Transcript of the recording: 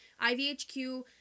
IVHQ